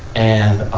and,